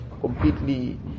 completely